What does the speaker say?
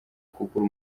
kugura